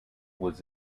was